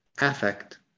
affect